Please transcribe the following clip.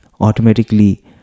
automatically